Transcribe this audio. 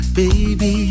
baby